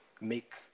make